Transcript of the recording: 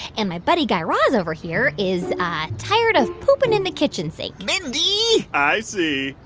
and my buddy, guy raz, over here is ah tired of pooping in the kitchen sink mindy i see.